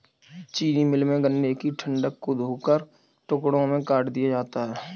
चीनी मिल में, गन्ने के डंठल को धोकर टुकड़ों में काट दिया जाता है